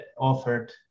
offered